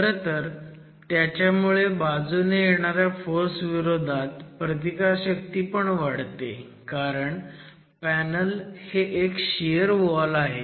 खरंतर त्याच्यामुळे बाजूने येणाऱ्या फोर्सविरोधात प्रतिकारशक्ती पण वाढते कारण पॅनल हे एक शियर वॉल आहे